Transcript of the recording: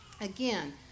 Again